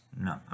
No